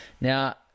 Now